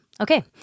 okay